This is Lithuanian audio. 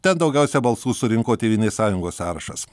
ten daugiausia balsų surinko tėvynės sąjungos sąrašas